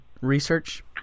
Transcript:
research